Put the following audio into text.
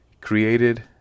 Created